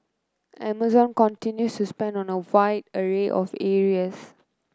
amazon continues to spend on a wide array of areas